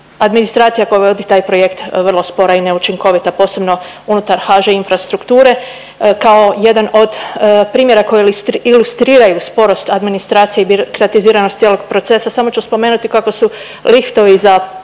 administracija koja vodi taj projekt vrlo spora i neučinkovita, posebno unutar HŽ Infrastrukture. Kao jedan od primjera koji ilustriraju sporost administracije i birokratiziranost cijelog procesa samo ću spomenuti kako su liftovi za pothodnike